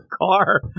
car